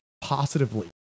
positively